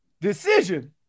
decision